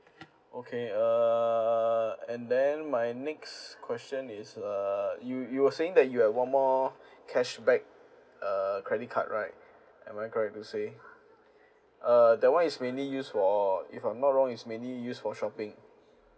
okay err and then my next question is err you you were saying that you have one more cashback uh credit card right am I correct to say uh that [one] is mainly use for if I'm not wrong is maybe use for shopping